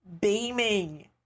beaming